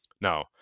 Now